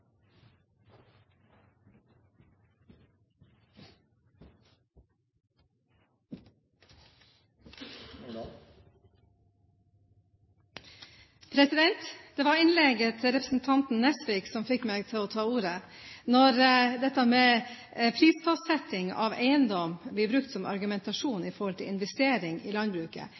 Det var innlegget til representanten Nesvik som fikk meg til å ta ordet. Når dette med prisfastsetting av eiendom blir brukt som argumentasjon for investering i landbruket,